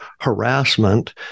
harassment